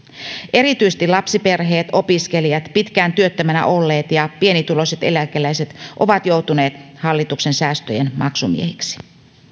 erityisesti lapsiperheet opiskelijat pitkään työttömänä olleet ja pienituloiset eläkeläiset ovat joutuneet hallituksen säästöjen maksumiehiksi